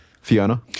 Fiona